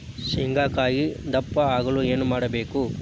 ಶೇಂಗಾಕಾಯಿ ದಪ್ಪ ಆಗಲು ಏನು ಮಾಡಬೇಕು?